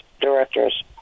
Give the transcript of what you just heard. directors